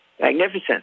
magnificent